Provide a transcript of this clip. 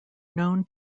known